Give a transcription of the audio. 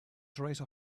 trace